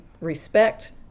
respect